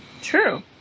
true